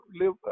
live